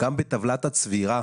בטבלת הצבירה